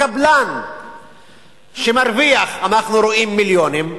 הקבלן שמרוויח, אנחנו רואים, מיליונים,